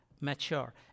Mature